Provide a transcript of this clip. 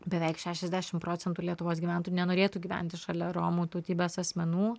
beveik šešiasdešim procentų lietuvos gyventojų nenorėtų gyventi šalia romų tautybės asmenų